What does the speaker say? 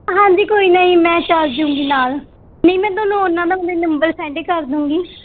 ਹਾਂਜੀ ਕੋਈ ਨਾ ਜੀ ਮੈਂ ਚੱਲ ਜੂੰਗੀ ਨਾਲ ਨਹੀਂ ਮੈਂ ਤੁਹਾਨੂੰ ਉਹਨਾਂ ਦਾ ਹੁਣੇ ਨੰਬਰ ਸੈਂਡ ਏ ਕਰ ਦੂੰਗੀ